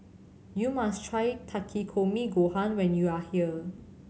you must try Takikomi Gohan when you are here